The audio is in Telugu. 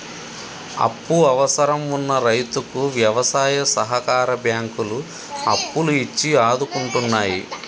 అప్పు అవసరం వున్న రైతుకు వ్యవసాయ సహకార బ్యాంకులు అప్పులు ఇచ్చి ఆదుకుంటున్నాయి